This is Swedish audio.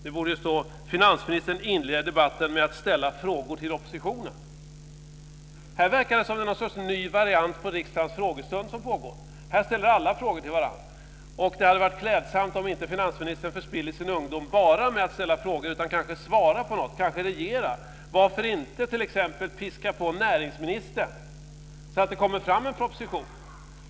Det borde stå: Finansministern inleder debatten med att ställa frågor till oppositionen. Här verkar det vara en ny variant på riksdagens frågestund som pågår; här ställer alla frågor till varandra. Det hade varit klädsamt om finansministern inte förspillde sin ungdom bara med att ställa frågor, utan kanske också svarade på något. Varför inte t.ex. piska på näringsministern så att det kommer fram en proposition?